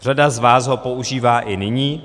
Řada z vás ho používá i nyní.